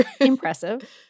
Impressive